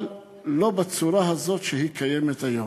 אבל לא בצורה הזאת שקיימת היום.